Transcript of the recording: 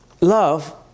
Love